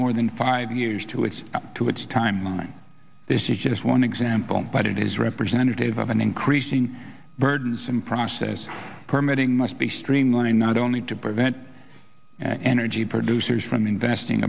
more than five years to its up to its timeline this is just one example but it is representative of an increasing burdensome process permitting must be streamlined not only to prevent energy producers from investing